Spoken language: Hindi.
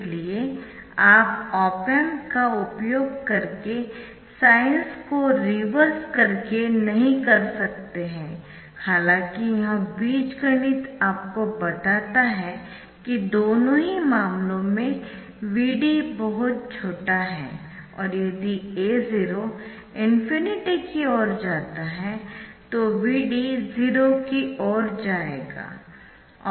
इसलिए आप ऑप एम्प का उपयोग इसके साइन्स को रिवर्स करके नहीं कर सकते है हालांकि यह बीजगणित आपको बताता है कि दोनों ही मामलों में Vd बहुत छोटा है और यदि A0 ∞ की ओर जाता है तो Vd 0 की ओर जाएगा